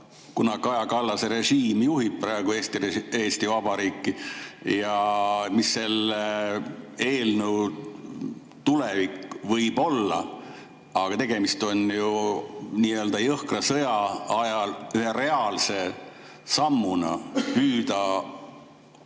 kuna Kaja Kallase režiim juhib praegu Eesti Vabariiki, ja et mis selle eelnõu tulevik võib olla. Aga tegemist on ju nii-öelda jõhkra sõja ajal ühe reaalse sammuga püüda